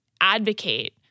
advocate